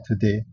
today